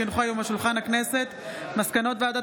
כי הונחו היום על שולחן הכנסת מסקנות ועדת